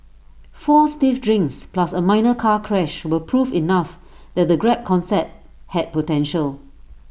four stiff drinks plus A minor car crash were proof enough that the grab concept had potential